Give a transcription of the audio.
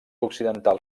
occidental